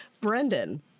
brendan